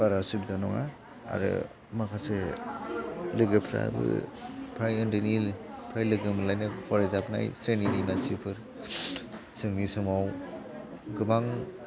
बारा सुबिदा नङा आरो माखासे लोगोफ्राबो फ्राय उन्दैनिफ्राय लोगो मोनलायनाय फरायजाबनाय स्रेनिनि मानसिफोर जोंनि समाव गोबां